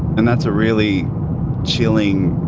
and that's a really chilling,